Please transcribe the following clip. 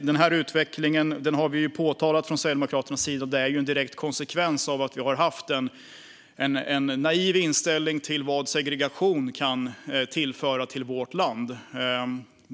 Den här utveckling är, vilket vi påtalat från Sverigedemokraternas sida, en direkt konsekvens av att vi har haft en naiv inställning till vad segregation kan tillföra till vårt land.